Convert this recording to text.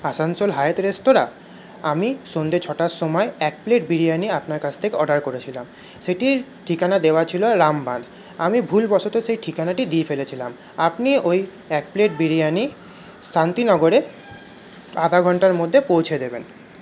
Asansol Hyatt restaurant আমি সন্ধে ছটার সময় এক প্লেট বিরিয়ানি আপনার কাছ থেকে অর্ডার করেছিলাম সেটির ঠিকানা দেওয়া ছিল রামবাদ আমি ভুলবশত সেই ঠিকানাটি দিয়ে ফেলেছিলাম আপনি ওই এক প্লেট বিরিয়ানি শান্তিনগরে আধ ঘন্টার মধ্যে পৌঁছে দেবেন